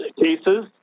cases